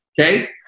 okay